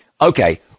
Okay